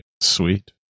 Sweet